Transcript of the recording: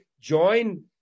join